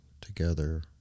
together